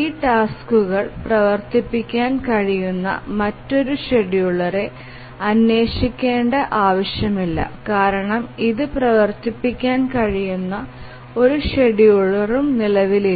ഈ ടാസ്ക്കുകൾ പ്രവർത്തിപ്പിക്കാൻ കഴിയുന്ന മറ്റൊരു ഷെഡ്യൂളറെ അന്വേഷിക്കേണ്ട ആവശ്യമില്ല കാരണം ഇത് പ്രവർത്തിപ്പിക്കാൻ കഴിയുന്ന ഒരു ഷെഡ്യൂളറും നിലവിലില്ല